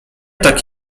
tak